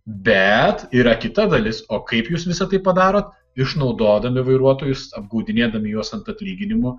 bet yra kita dalis o kaip jūs visa tai padarot išnaudodami vairuotojus apgaudinėdami juos ant atlyginimų